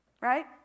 right